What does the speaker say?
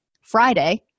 friday